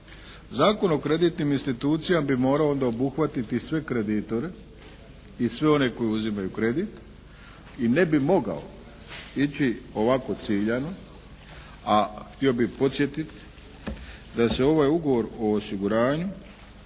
Zakon o kreditnim institucijama bi morao onda obuhvatiti sve kreditore i sve one koji uzimaju kredit i ne bi mogao ići ovako ciljano, a htio bih podsjetiti da se ovaj ugovor o osiguranju